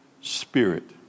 spirit